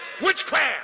Witchcraft